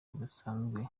bidasanzwe